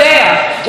יש תקצוב,